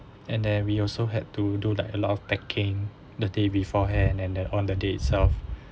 and then we also had to do like a lot of packing the day beforehand and then on the day itself